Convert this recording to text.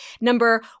number